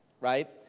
right